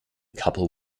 couple